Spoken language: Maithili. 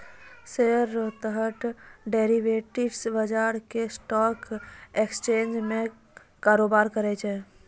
शेयर रो तरह डेरिवेटिव्स बजार भी स्टॉक एक्सचेंज में कारोबार करै छै